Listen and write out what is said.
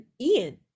Ian